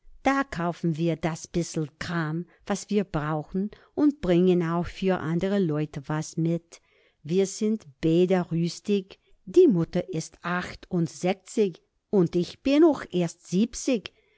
da kaufen wir das bissel kram was wir brauchen und bringen auch für andre leute was mit wir sind beede rüstig die mutter is achtundsechzig und ich bin ooch erst siebzig